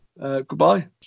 goodbye